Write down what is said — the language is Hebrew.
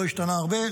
לא השתנה הרבה,